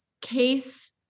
case